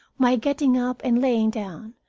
my getting up and lying down,